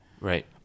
Right